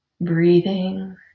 Breathing